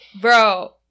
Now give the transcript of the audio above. bro